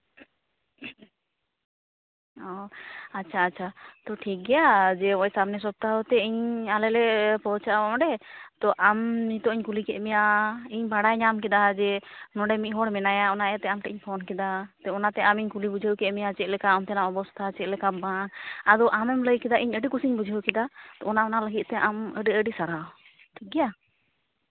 ᱚᱸᱻ ᱟᱪᱪᱷᱟ ᱟᱪᱪᱷᱟ ᱛᱚ ᱴᱷᱤᱠᱜᱮᱭᱟ ᱡᱮ ᱦᱚᱜᱼᱚᱸᱭ ᱥᱟᱢᱱᱮ ᱥᱚᱯᱛᱟ ᱦᱚᱸ ᱥᱮᱡ ᱤᱧ ᱟᱞᱮ ᱞᱮ ᱯᱳᱣᱪᱷᱟᱜᱼᱟ ᱚᱸᱰᱮ ᱛᱚ ᱟᱢ ᱱᱤᱛᱳᱜ ᱤᱧ ᱠᱩᱞᱤ ᱠᱮᱫ ᱢᱮᱭᱟ ᱤᱧ ᱵᱟᱲᱟᱭ ᱧᱟᱢ ᱠᱮᱫᱟ ᱡᱮ ᱱᱚᱰᱮ ᱢᱤᱫ ᱦᱚᱲ ᱢᱮᱱᱟᱭᱟ ᱚᱱᱟ ᱤᱭᱟᱹ ᱛᱮ ᱟᱢ ᱴᱷᱮᱡ ᱤᱧ ᱯᱷᱳᱱ ᱠᱮᱫᱟ ᱡᱮ ᱚᱱᱟᱛᱮ ᱟᱢᱤᱧ ᱠᱩᱞᱤ ᱵᱩᱡᱷᱟᱹᱣ ᱠᱮᱫ ᱢᱮᱭᱟ ᱪᱮᱫᱞᱮᱠᱟ ᱚᱱᱛᱮᱱᱟᱜ ᱚᱵᱚᱥᱛᱷᱟ ᱪᱮᱫᱞᱮᱠᱟ ᱵᱟᱝ ᱟᱫᱚ ᱟᱢᱮᱢ ᱞᱟᱹᱭ ᱠᱮᱫᱟ ᱤᱧ ᱟᱹᱰᱤ ᱠᱩᱥᱤᱧ ᱵᱩᱡᱷᱟᱹᱣ ᱠᱮᱫᱟ ᱚᱱᱟ ᱚᱱᱟ ᱞᱟᱹᱜᱤᱫ ᱛᱮ ᱟᱢ ᱟᱹᱰᱤ ᱟᱹᱰᱤ ᱥᱟᱨᱦᱟᱣ ᱴᱷᱤᱠᱜᱮᱭᱟ